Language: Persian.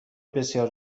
بسیار